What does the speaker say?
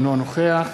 אינו נוכח